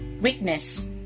weakness